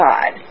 God